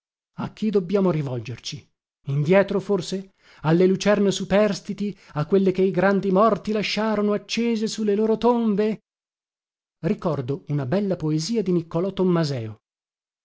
a chi dobbiamo rivolgerci indietro forse alle lucernette superstiti a quelle che i grandi morti lasciarono accese su le loro tombe ricordo una bella poesia di niccolò tommaseo